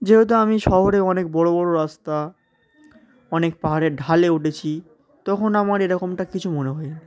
যেহেতু আমি শহরে অনেক বড়ো বড়ো রাস্তা অনেক পাহাড়ের ঢালে উঠেছি তখন আমার এরকমটা কিছু মনে হয়নি